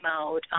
mode